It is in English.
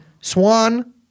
Swan